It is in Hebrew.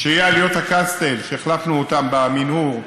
שיהיו עליות הקסטל שהחלפנו אותן במנהור,